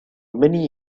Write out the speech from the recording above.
many